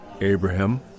Abraham